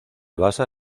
basa